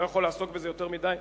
אני לא יכול לעסוק בזה יותר מדי,